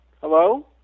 hello